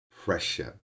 pressure